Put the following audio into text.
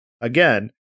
again